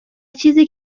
چیزی